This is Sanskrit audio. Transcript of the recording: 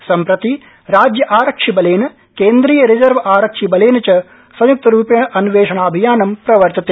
सम्प्रति राज्य आरक्षिबलेन केन्द्रीय रिजर्व आरक्षिबलेन च संय्क्त रूपेण अन्वेषणाभियानं प्रवर्तते